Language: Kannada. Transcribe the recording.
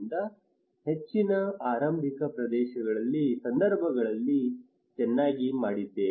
ಆದ್ದರಿಂದ ಹೆಚ್ಚಿನ ಆರಂಭಿಕ ಸಂದರ್ಭಗಳಲ್ಲಿ ಚೆನ್ನಾಗಿ ಮಾಡಿದ್ದೇವೆ